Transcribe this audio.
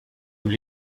nous